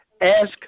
ask